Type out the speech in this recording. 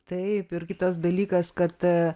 taip ir kitas dalykas kad